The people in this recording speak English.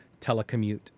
telecommute